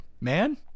man